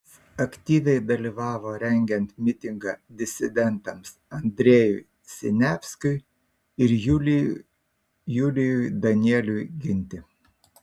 jis aktyviai dalyvavo rengiant mitingą disidentams andrejui siniavskiui ir julijui danieliui ginti